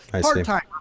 part-time